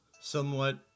somewhat